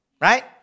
Right